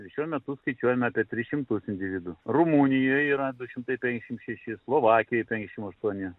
šiuo metu skaičiuojame apie tris šimtus individų rumunijoj yra du šimtai penkiasdešimt šeši slovakijoj penkiasdešimt aštuoni